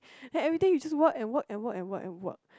then everyday you just work and work and work and work and work